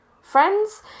friends